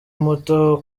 muto